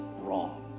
wrong